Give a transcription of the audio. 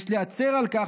יש להצר על כך,